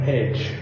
edge